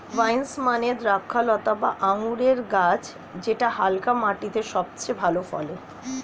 vines মানে দ্রক্ষলতা বা আঙুরের গাছ যেটা হালকা মাটিতে সবচেয়ে ভালো ফলে